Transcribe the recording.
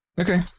Okay